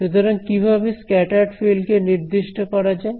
সুতরাং কিভাবে scattered field কে নির্দিষ্ট করা যায়